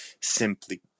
simply